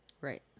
right